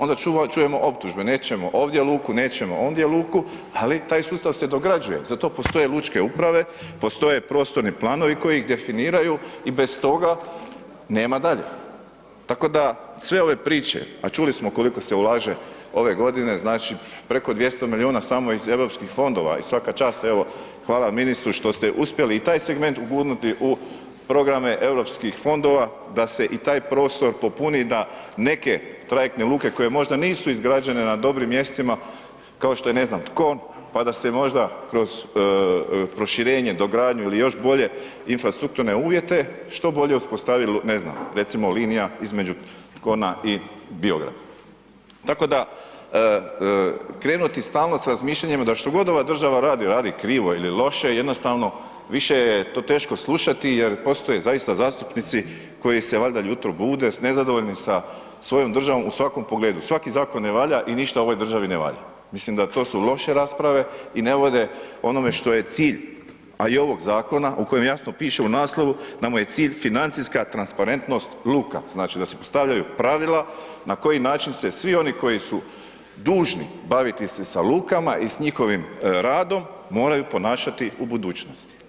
Onda čujemo optužbe, nećemo ovdje luku, nećemo ondje luku, ali taj sustav se dograđuje, zato postoje lučke uprave, postoje prostorni planovi koji ih definiraju i bez toga nema dalje, tako da sve ove priče, a čuli smo koliko se ulaže ove godine, znači, preko 200 milijuna samo iz Europskih fondova i svaka čast, evo, hvala ministru što ste uspjeli i taj segment ugurnuti u programe Europskih fondova da se i taj prostor popuni, da neke trajektne luke koje možda nisu izgrađene na dobrim mjestima, kao što je, ne znam, Tkon, pa da se možda kroz proširenje, dogradnju ili još bolje infrastrukturne uvjete što bolje uspostavi, ne znam, recimo linija između Tkona i Biograda, tako da krenuti stalno sa razmišljanjem da što god ova država radi, radi krivo ili loše, jednostavno više je to teško slušati jer postoje zaista zastupnici koji se valjda ujutro bude nezadovoljni sa svojom državom u svakom pogledu, svaki zakon ne valja i ništa u ovoj državi ne valja, mislim da to su loše rasprave i ne vode onome što je cilj, a i ovog zakona u kojem jasno piše u naslovu da mu je cilj financijska transparentnost luka, znači, da se postavljaju pravila na koji način se svi oni koji su dužni baviti se sa lukama i s njihovim radom, moraju ponašati u budućnosti.